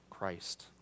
Christ